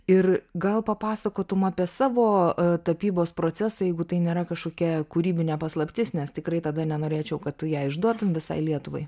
ir gal papasakotum apie savo tapybos procesą jeigu tai nėra kažkokia kūrybinė paslaptis nes tikrai tada nenorėčiau kad tu ją išduotum visai lietuvai